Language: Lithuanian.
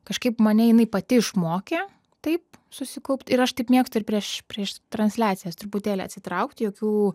kažkaip mane jinai pati išmokė taip susikaupt ir aš taip mėgstu ir prieš prieš transliacijas truputėlį atsitraukt jokių